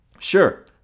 Sure